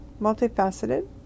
multifaceted